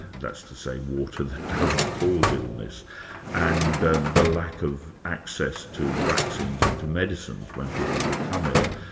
that's to say water that doesn't cause illness and the the lack of access to vaccines and to medicines when people become ill.